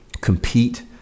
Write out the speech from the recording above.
compete